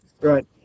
Right